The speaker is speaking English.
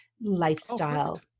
lifestyle